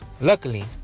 luckily